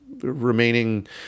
remaining